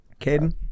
Caden